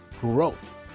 growth